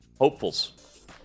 hopefuls